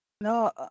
No